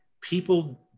People